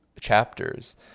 chapters